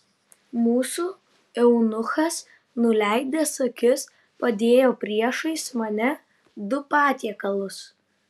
mūsų eunuchas nuleidęs akis padėjo priešais mane du patiekalus